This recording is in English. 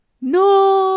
no